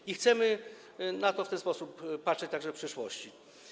I chcemy na to w ten sposób patrzeć także w przyszłości.